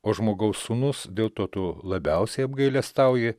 o žmogaus sūnus dėl to tu labiausiai apgailestauji